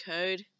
code